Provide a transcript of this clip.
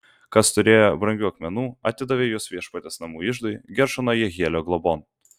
kas turėjo brangių akmenų atidavė juos viešpaties namų iždui geršono jehielio globon